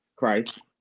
Christ